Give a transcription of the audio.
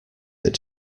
that